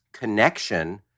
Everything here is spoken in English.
connection